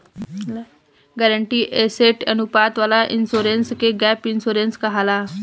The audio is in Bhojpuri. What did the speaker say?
गारंटीड एसेट अनुपात वाला इंश्योरेंस के गैप इंश्योरेंस कहाला